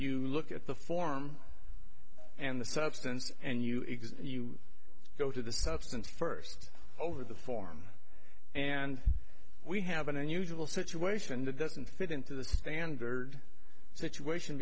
you look at the form and the substance and you exist you go to the substance first over the form and we have an unusual situation that doesn't fit into the standard situation